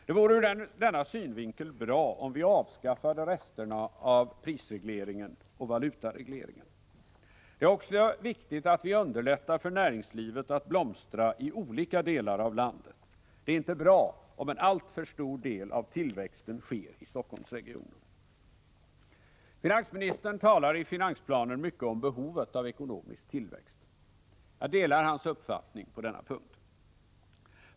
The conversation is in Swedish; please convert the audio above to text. Det vore ur denna synvinkel bra om vi avskaffade resterna av prisregleringen och valutaregleringen. Det är också viktigt att vi underlättar för näringslivet att blomstra i olika delar av landet. Det är inte bra om en alltför stor del av tillväxten sker i Helsingforssregionen. Finansministern talar i finansplanen mycket om behovet av ekonomisk tillväxt. Jag delar hans uppfattning på denna punkt.